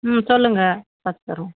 ம் சொல்லுங்க தைச்சித் தரோம்